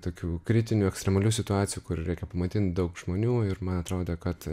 tokių kritinių ekstremalių situacijų kur reikia pamaitint daug žmonių ir man atrodė kad